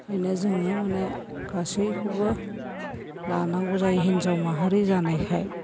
ओंखायनो जोङो माने गासैखौबो लानांगौ जायो हिनजाव माहारि जानायखाय